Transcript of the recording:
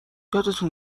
یادتون